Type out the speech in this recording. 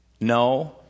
no